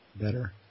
better